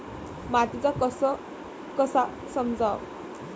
मातीचा कस कसा समजाव?